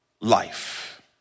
life